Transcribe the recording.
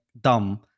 dumb